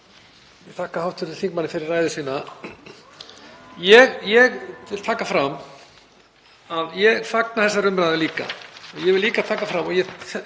Ég vil taka fram að ég fagna þessari umræðu líka. Ég vil líka taka fram, og ég